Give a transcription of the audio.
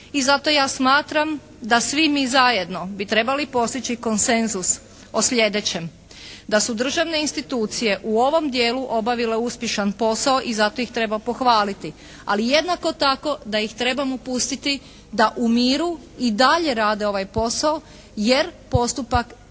i zato ja smatram da svi mi zajedno bi trebali postići konsenzus o sljedećem. Da su državne institucije u ovom dijelu obavile uspješan posao i zato ih treba pohvaliti, ali jednako tako da ih trebamo pustiti da u miru i dalje rade ovaj posao jer postupak